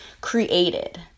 created